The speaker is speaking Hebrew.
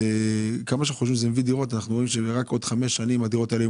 אנחנו רואים שרק בעוד 5 שנים הדירות האלה יהיו